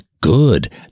good